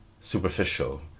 superficial